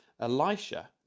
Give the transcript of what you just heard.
Elisha